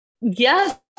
Yes